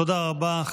תודה רבה.